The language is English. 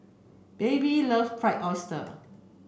baby love fried oyster